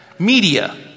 Media